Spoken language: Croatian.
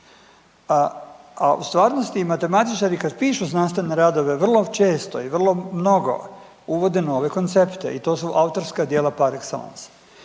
A u stvarnosti matematičari kada pišu znanstvene radove vrlo često i vrlo mnogo uvode nove koncepte i to su autorska djela par excellence.